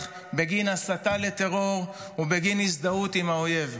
בגין הסתה לטרור או בגין הזדהות עם האויב.